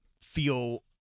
feel